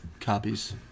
copies